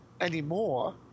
anymore